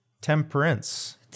Temperance